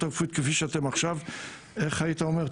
הרפואית כפי שאתם עכשיו איך היית אומר?